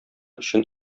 өчен